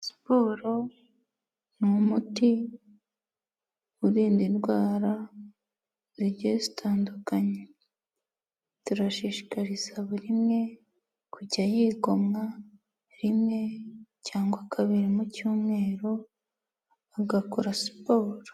Siporo ni umuti urinda indwara zigiye zitandukanye, turashishikariza buri umwe kujya yigomwa rimwe cyangwa kabiri mu cyumweru agakora siporo.